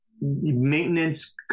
maintenance